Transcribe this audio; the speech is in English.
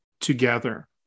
together